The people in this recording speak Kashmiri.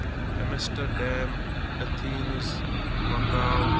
ایِمِسٹر ڈیم أتھیٖنٕز مَکاو